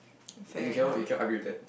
you cannot you cannot argue with that